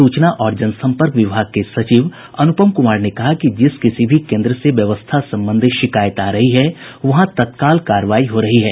सूचना और जन सम्पर्क विभाग के सचिव अनुपम कुमार ने कहा कि जिस किसी भी केन्द्र से व्यवस्था संबंधी शिकायत आ रही है वहां तत्काल कार्रवाई हो रही है